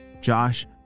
Josh